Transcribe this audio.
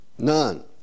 None